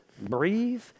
breathe